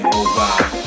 Mobile